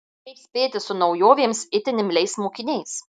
kaip spėti su naujovėms itin imliais mokiniais